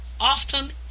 often